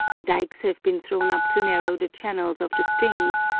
dikes have been thrown up to narrow the channels of the streams,